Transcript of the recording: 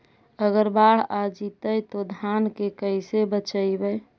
अगर बाढ़ आ जितै तो धान के कैसे बचइबै?